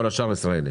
כל השאר ישראלים.